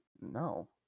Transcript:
no